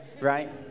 right